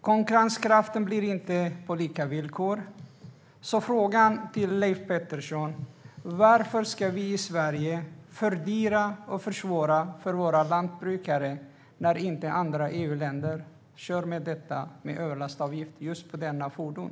Konkurrensen blir inte på lika villkor. Frågan till Leif Pettersson är: Varför ska vi i Sverige fördyra och försvåra för våra lantbrukare när inte andra EU-länder har överlastavgift för just detta fordon?